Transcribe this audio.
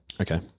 Okay